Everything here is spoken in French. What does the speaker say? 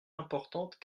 importantes